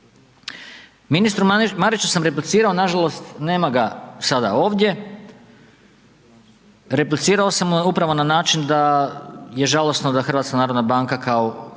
Ministru Mariću sam replicirao, nažalost nema ga sada ovdje, replicirao sam mu upravo na način da je žalosno da HNB kao netko